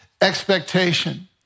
expectation